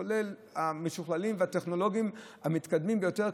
כולל המשוכללים והטכנולוגיים המתקדמים ביותר,